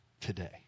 today